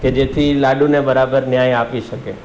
કે જેથી લાડુને બરાબર ન્યાય આપી શકે